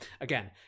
again